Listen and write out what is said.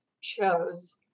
shows